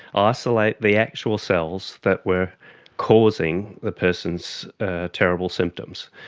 ah isolate the actual cells that were causing the person's terrible symptoms?